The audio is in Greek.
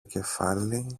κεφάλι